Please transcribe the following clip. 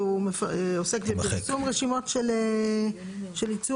הוא עוסק בפרסום רשימות של יצור.